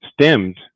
stemmed